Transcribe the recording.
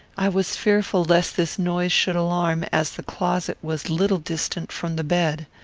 i was fearful lest this noise should alarm, as the closet was little distant from the bed.